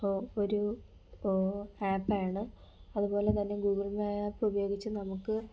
ഒരു ആപ്പാണ് അത് പോലെ തന്നെ ഗൂഗിൾ മാപ്പുയോഗിച്ച് നമുക്ക്